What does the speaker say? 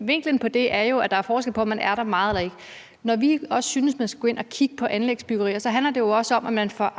vinklen på det er jo, at der er forskel på, om man er der meget eller ikke. Når vi også synes, at man skal gå ind og kigge på anlægsbyggerier, handler det jo også om, at man får